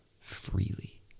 freely